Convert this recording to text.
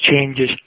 changes